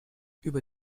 über